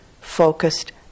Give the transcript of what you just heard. focused